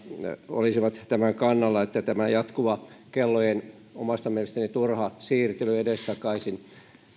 olisivat sen kannalla että tämä jatkuva kellojen omasta mielestäni turha siirtely edestakaisin